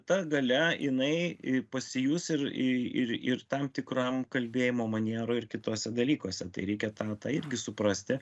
ta galia jinai pasijus ir i ir ir tam tikram kalbėjimo manieroj ir kituose dalykuose tai reikia tą tą irgi suprasti